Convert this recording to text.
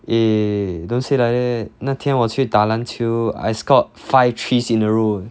eh don't say like that eh 那天我去打篮球 I scored five threes in a row